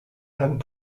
and